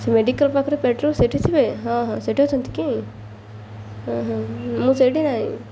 ସେ ମେଡ଼ିକାଲ୍ ପାଖରେ ପେଟ୍ରୋଲ୍ ସେଠି ଥିବେ ହଁ ହଁ ସେଠି ଅଛନ୍ତି କି ହଁ ହଁ ମୁଁ ସେଇଠି ନାହିଁ